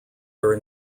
are